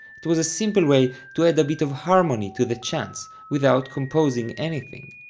it was a simple way to add a bit of harmony to the chants without composing anything.